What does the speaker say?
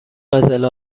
قزل